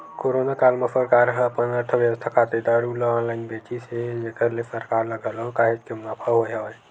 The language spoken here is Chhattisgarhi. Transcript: कोरोना काल म सरकार ह अपन अर्थबेवस्था खातिर दारू ल ऑनलाइन बेचिस हे जेखर ले सरकार ल घलो काहेच के मुनाफा होय हवय